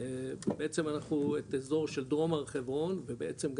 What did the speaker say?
בעצם אנחנו את אזור של דרום הר חברון ובעצם,